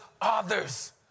others